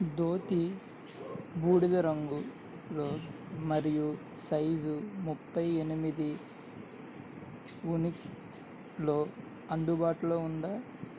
ధోతి బూడిదరంగులో మరియు సైజు ముప్పై ఎనిమిది ఉనికిలో అందుబాటులో ఉందా